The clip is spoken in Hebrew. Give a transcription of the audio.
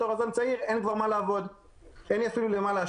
בתור יזם צעיר,